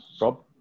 Rob